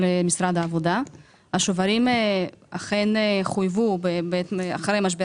השוברים אכן חויבו מייד אחרי משבר